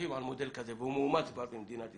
הולכים על מודל כזה והוא מאומץ כבר במדינת ישראל,